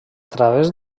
través